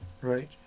right